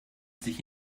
sich